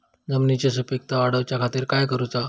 जमिनीची सुपीकता वाढवच्या खातीर काय करूचा?